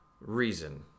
reason